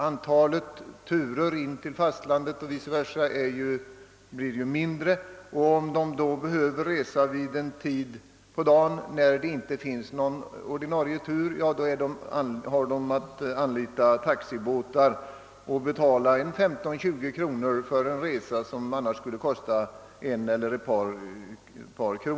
Antalet turer till och från fastlandet blir mindre, och om man behöver resa vid en tid på dagen då det inte går någon ordinarie tur, är man hänvisad till taxibåtar och får betala 15 å 20 kronor för en resa som annars skulle kosta en eller ett par kronor.